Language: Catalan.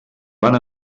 van